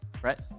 Brett